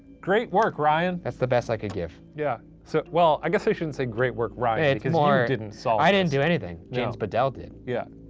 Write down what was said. great work ryan! that's the best i could give. yeah, so well, i guess i shouldn't say great work ryan, cause ah you didn't solve. i didn't do anything, james badal did. yeah.